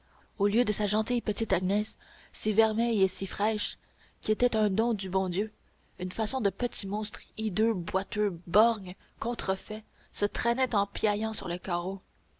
au lieu de sa gentille petite agnès si vermeille et si fraîche qui était un don du bon dieu une façon de petit monstre hideux boiteux borgne contrefait se traînait en piaillant sur le carreau